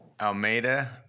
Almeida